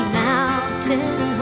mountain